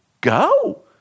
Go